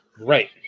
Right